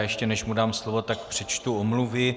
Ještě než mu dám slovo, tak přečtu omluvy.